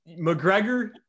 mcgregor